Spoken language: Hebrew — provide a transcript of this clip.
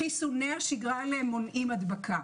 חיסוני השגרה הללו מונעים הדבקה.